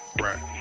Right